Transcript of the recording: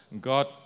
God